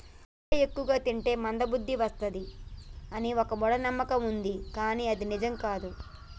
దొండకాయ ఎక్కువ తింటే మంద బుద్ది వస్తది అని ఒక మూఢ నమ్మకం వుంది కానీ అది నిజం కాదు